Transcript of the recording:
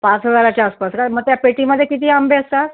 पाच हजाराच्या आसपास का मग त्या पेटीमध्ये किती आंबे असतात